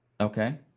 Okay